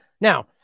Now